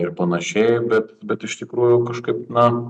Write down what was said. ir panašiai bet bet iš tikrųjų kažkaip na